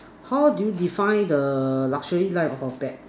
how do you define the luxury life of a bat